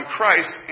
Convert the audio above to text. Christ